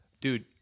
dude